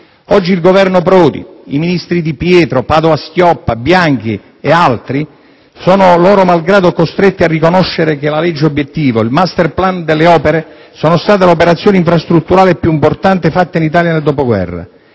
Oggi, il Governo Prodi, i ministri Di Pietro, Padoa-Schioppa, Bianchi e altri sono, loro malgrado, costretti a riconoscere che la legge obiettivo e il *master plan* delle opere sono stati l'operazione infrastrutturale più importante fatta in Italia nel dopoguerra: